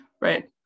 right